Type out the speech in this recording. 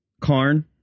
Karn